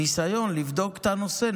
ניסיון, נבדוק את הנושא.